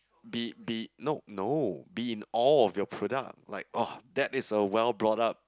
be be no no be in all of your product like ah that is a well brought up